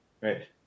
right